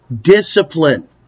discipline